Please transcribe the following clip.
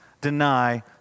deny